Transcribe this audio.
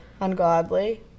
ungodly